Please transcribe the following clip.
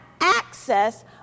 access